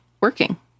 working